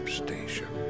station